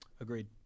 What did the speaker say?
Agreed